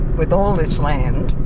with all this land.